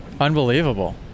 unbelievable